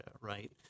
right